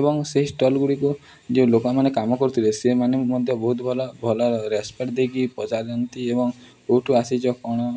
ଏବଂ ସେଇ ଷ୍ଟଲ୍ ଗୁଡ଼ିକୁ ଯେଉଁ ଲୋକମାନେ କାମ କରୁଥିଲେ ସେମାନେଙ୍କୁ ମଧ୍ୟ ବହୁତ ଭଲ ଭଲ ରେସ୍ପେକ୍ଟ ଦେଇକି ପଚାରି ଦିଅନ୍ତି ଏବଂ କେଉଁଠୁ ଆସିଛ କ'ଣ